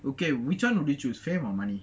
okay which one would you choose fame or money